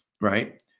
Right